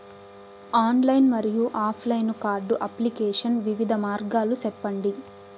Online మరియు offline card application వివిధ మార్గాలు సెప్పండి?